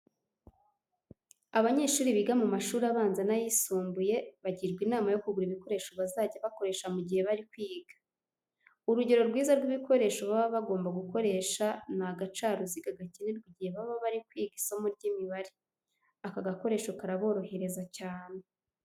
Abanyeshuri biga mu mashuri abanza n'ayisumbuye bagirwa inama yo kugura ibikoresho bazajya bakoresha mu gihe bari kwiga. Urugero rwiza rw'ibikoresho baba bagomba gukoresha ni agacaruziga gakenerwa igihe baba bari kwiga isomo ry'imibare. Aka gakoresho karaborohereza cyane.